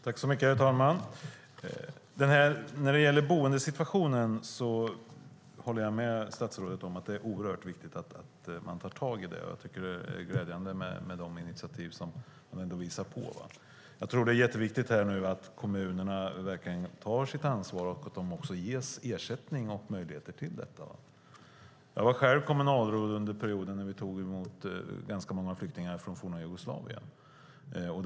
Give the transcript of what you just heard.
Herr talman! När det gäller boendesituationen håller jag med statsrådet om att det är oerhört viktigt att man tar tag i det. Jag tycker att det är glädjande med de initiativ man ändå visar. Jag tror att det är jätteviktigt att kommunerna nu verkligen tar sitt ansvar och också ges ersättning för och möjligheter till detta. Jag var själv kommunalråd under den period då vi tog emot ganska många flyktingar från forna Jugoslavien.